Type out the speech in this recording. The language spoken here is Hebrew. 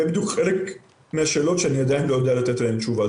זה בדיוק חלק מהשאלות שאני עדיין לא יודע לתת להן תשובה.